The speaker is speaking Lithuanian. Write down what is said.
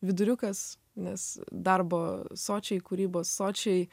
viduriukas nes darbo sočiai kūrybos sočiai